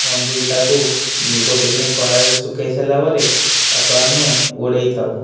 ମଞ୍ଜିକୁ ତାକୁ ଗୋଟେ ଦିନ ଖରା ରେ ସୁଖେଇ ସାରିଲାପରେ ତାକୁ ଆମେ ଓଡ଼େଇଥାଉ